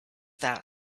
that